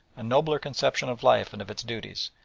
a nobler conception of life and of its duties,